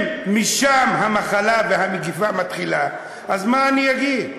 אם משם המחלה והמגפה מתחילות, אז מה אני אגיד?